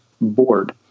board